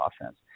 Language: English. offense